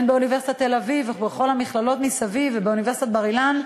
הן באוניברסיטת תל-אביב הן בכל המכללות מסביב ובאוניברסיטת בר-אילן,